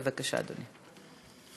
בבקשה, אדוני.